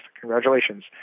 Congratulations